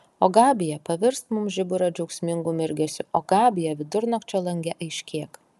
o gabija pavirsk mums žiburio džiaugsmingu mirgesiu o gabija vidurnakčio lange aiškėk